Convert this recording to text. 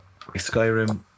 Skyrim